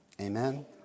Amen